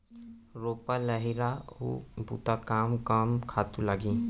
रोपा, लइहरा अऊ बुता कामा कम खातू लागही?